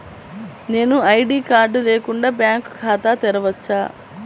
నేను ID card లేకుండా bank ఖాతా తెరవచ్చా?